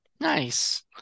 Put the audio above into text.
nice